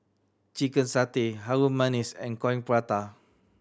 chicken satay Harum Manis and Coin Prata